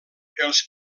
els